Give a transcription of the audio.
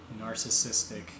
narcissistic